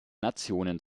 nationen